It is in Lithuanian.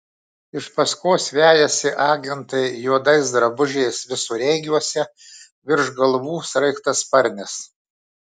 iš paskos vejasi agentai juodais drabužiais visureigiuose virš galvų sraigtasparnis